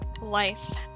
Life